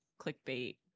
clickbait